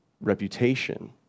reputation